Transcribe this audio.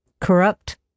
Corrupt